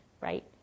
right